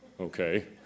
okay